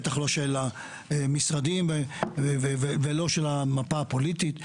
בטח לא של המשרדים ולא של המפה הפוליטית.